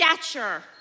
stature